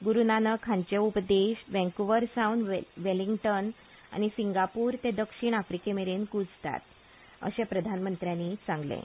गुरू नानक हांचे उपदेश वँकूर सावन वेलिंगट्न आनी सिंगापूर ते दक्षीण आफ्रिका मेरेन गुजतात अशें प्रधानमंत्र्यांनी म्हळें